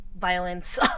violence